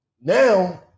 Now